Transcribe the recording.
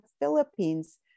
Philippines